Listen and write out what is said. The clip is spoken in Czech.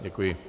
Děkuji.